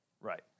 Right